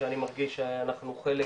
שאני מרגיש שאנחנו חלק